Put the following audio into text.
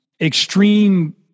extreme